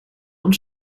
und